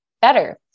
better